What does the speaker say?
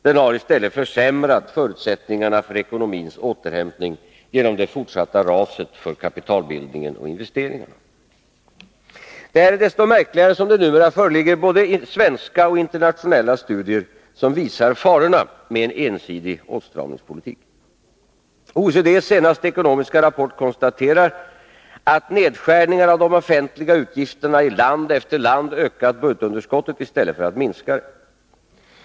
Den har i stället försämrat förutsättningarna för ekonomins återhämtning genom det fortsatta raset för kapitalbildning och investeringar. Detta är desto märkligare som det numera föreligger både svenska och internationella studier som visar farorna med en ensidig åtstramningspolitik. OECD:s senaste ekonomiska rapport konstaterar att nedskärningar av de offentliga utgifterna i land efter land ökat budgetunderskottet i stället för att minska det.